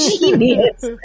genius